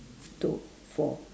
two four